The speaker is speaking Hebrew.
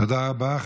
תודה רבה.